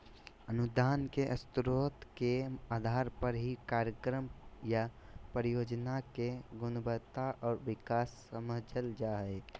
अनुदान के स्रोत के आधार पर ही कार्यक्रम या परियोजना के गुणवत्ता आर विकास समझल जा हय